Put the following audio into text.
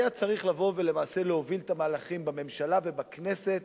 היה צריך לבוא ולמעשה להוביל את המהלכים בממשלה ובכנסת